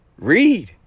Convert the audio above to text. Read